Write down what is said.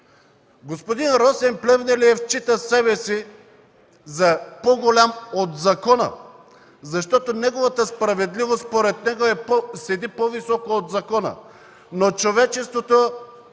господин Росен Плевнелиев счита себе си за по-голям от закона. Неговата справедливост според него седи по-високо от закона.